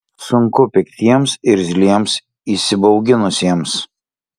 sunku piktiems irzliems įsibauginusiems